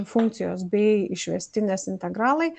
funkcijos bei išvestinės integralai